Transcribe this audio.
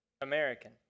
American